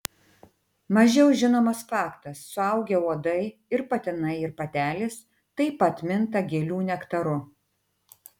mažiau žinomas faktas suaugę uodai ir patinai ir patelės taip pat minta gėlių nektaru